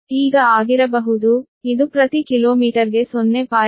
ಈಗ ಆಗಿರಬಹುದು ಇದು ಪ್ರತಿ ಕಿಲೋಮೀಟರ್ಗೆ 0